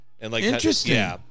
Interesting